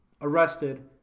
arrested